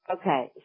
Okay